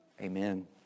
Amen